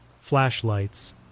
flashlights